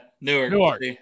Newark